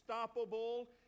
unstoppable